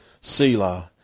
Selah